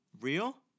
Real